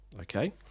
okay